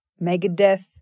Megadeth